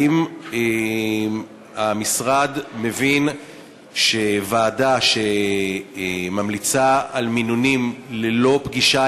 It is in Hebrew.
האם המשרד מבין שוועדה שממליצה על מינונים ללא פגישה